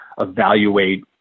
evaluate